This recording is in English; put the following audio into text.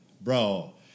bro